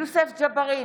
יוסף ג'בארין,